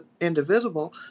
Indivisible